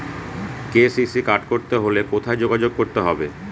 KCC card করতে হলে কোথায় যোগাযোগ করতে হবে?